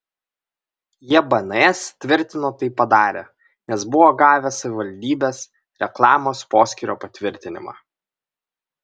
jie bns tvirtino tai padarę nes buvo gavę savivaldybės reklamos poskyrio patvirtinimą